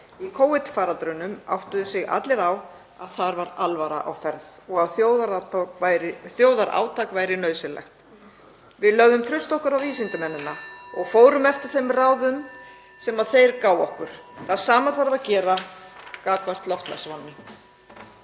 Í Covid-faraldrinum áttuðu sig allir á að þar var alvara á ferð og að þjóðarátak væri nauðsynlegt. (Forseti hringir.) Við lögðum traust okkar á vísindamennina og fórum eftir þeim ráðum sem þeir gáfu okkur. Það sama þarf að gera gagnvart loftslagsvánni.